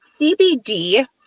CBD